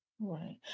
right